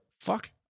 fuck